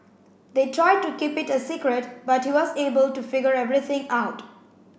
they tried to keep it a secret but he was able to figure everything out